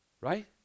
right